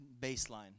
baseline